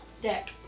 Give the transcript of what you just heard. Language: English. Deck